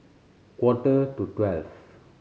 quarter to twelve